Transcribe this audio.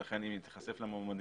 ולכן אם היא תיחשף למועמדים